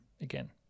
again